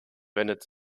wendet